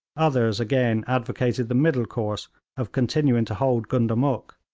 others, again, advocated the middle course of continuing to hold gundamuk.